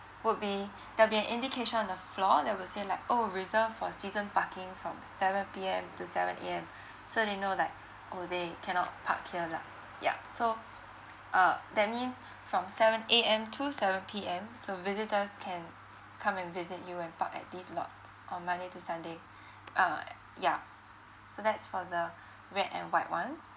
would be there'll be an indication on the floor that will say like oh reserved for season parking from seven P_M to seven A_M so they know like oh they cannot park here lah yup so uh that means from seven A_M to seven P_M so visitors can come and visit you and park at these lots on monday to sunday err yeah so that's for the red and white ones